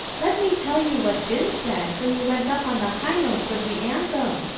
let me tell you what jim said, when you went up on the high notes of the anthem.